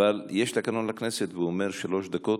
אבל יש תקנון לכנסת והוא אומר שלוש דקות.